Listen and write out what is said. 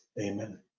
Amen